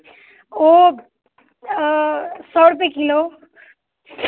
ओ सए रुपए किलो